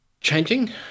changing